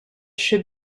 should